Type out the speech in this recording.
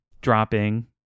dropping